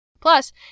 Plus